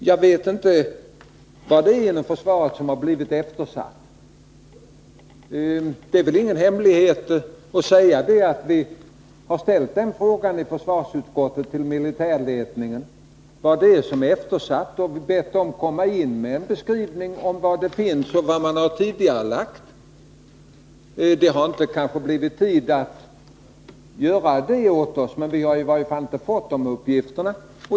Jag vet inte vad inom försvaret som har blivit eftersatt under de fem åren. Jag avslöjar väl inga hemligheter när jag säger att vi i försvarsutskottet till militärledningen har ställt frågan, vad som har blivit eftersatt, och bett den inkomma med en beskrivning av vad som fattas och också av vad som har tidigarelagts. Man har kanske inte fått tid att göra den beskrivningen -— vi har i varje fall inte fått dessa uppgifter.